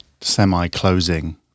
semi-closing